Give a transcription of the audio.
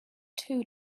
two